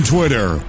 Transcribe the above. Twitter